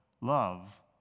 love